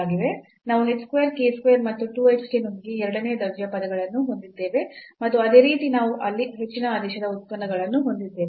ನಾವು h square k square ಮತ್ತು 2 hk ನೊಂದಿಗೆ ಎರಡನೇ ದರ್ಜೆಯ ಪದಗಳನ್ನು ಹೊಂದಿದ್ದೇವೆ ಮತ್ತು ಅದೇ ರೀತಿ ನಾವು ಅಲ್ಲಿ ಹೆಚ್ಚಿನ ಆದೇಶದ ಉತ್ಪನ್ನಗಳನ್ನು ಹೊಂದಿದ್ದೇವೆ